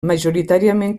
majoritàriament